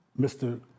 mr